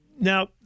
Now